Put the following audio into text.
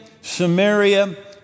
Samaria